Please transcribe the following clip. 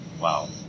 Wow